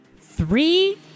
three